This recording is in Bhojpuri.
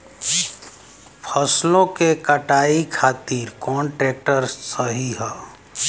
फसलों के कटाई खातिर कौन ट्रैक्टर सही ह?